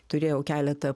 turėjau keletą